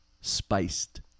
Spiced